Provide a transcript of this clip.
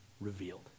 revealed